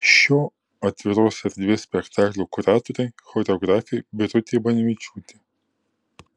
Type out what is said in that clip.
šio atviros erdvės spektaklio kuratorė choreografė birutė banevičiūtė